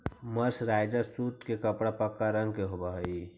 mercerised सूत के कपड़ा पक्का रंग के होवऽ हई